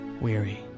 weary